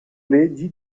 leggi